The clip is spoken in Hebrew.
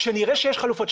כשנראה שיש חלופות,